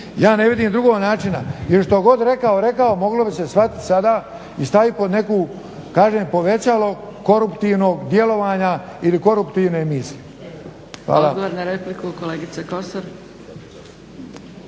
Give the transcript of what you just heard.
Ja ne vidim drugog načina, jer što god rekao, rekao moglo bi se shvatit sada i stavit pod neku kažem povećalo koruptivnog djelovanja ili koruptivne emisije. Hvala.